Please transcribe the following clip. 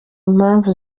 impamvu